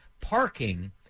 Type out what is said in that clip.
parking